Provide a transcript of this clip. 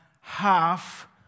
half